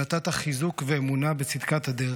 שנתת חיזוק ואמונה בצדקת הדרך.